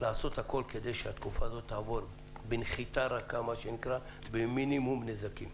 לעשות הכול כדי שהתקופה הזאת תעבור בנחיתה רכה ובמינימום נזקים.